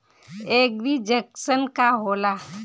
एगरी junction का होला?